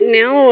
now